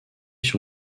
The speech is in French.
sur